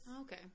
Okay